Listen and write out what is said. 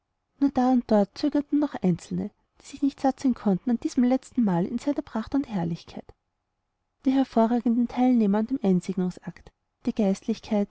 nur da und dort zögerten noch einzelne die sich nicht satt sehen konnten an diesem letzten mal in seiner pracht und herrlichkeit die hervorragenden teilnehmer an dem einsegnungsakt die geistlichkeit